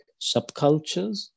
subcultures